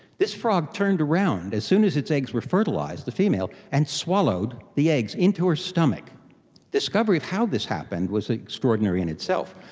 this frog turned around as soon as its eggs were fertilised, the female, and swallowed the eggs into her stomach. the discovery of how this happened was extraordinary in itself.